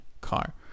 car